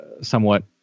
somewhat